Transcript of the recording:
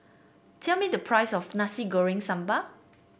tell me the price of Nasi Goreng Sambal